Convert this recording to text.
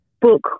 book